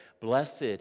Blessed